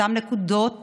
אותן נקודות